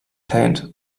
paint